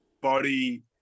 body